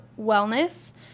wellness